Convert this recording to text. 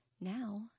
Now